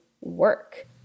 work